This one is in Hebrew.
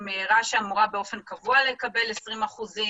אם רש"א אמורה באופן קבוע לקבל 20%?